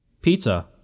pizza